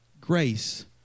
Grace